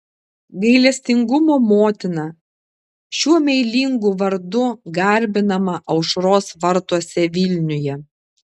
gailestingumo motina šiuo meilingu vardu garbinama aušros vartuose vilniuje